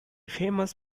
famous